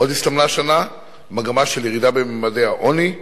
עוד הסתמנה השנה מגמה של ירידה בממדי העוני,